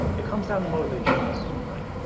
it comes down to motivations, right.